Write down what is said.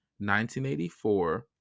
1984